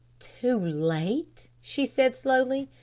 too late, she said slowly,